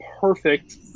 perfect